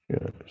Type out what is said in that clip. Yes